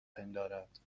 پندارد